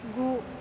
गु